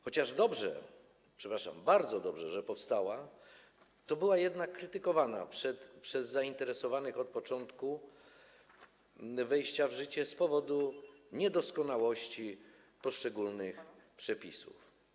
Chociaż dobrze, przepraszam, bardzo dobrze, że powstała, to była jednak krytykowana przez zainteresowanych od początku wejścia w życie z powodu niedoskonałości poszczególnych przepisów.